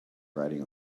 riding